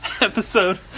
episode